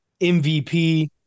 MVP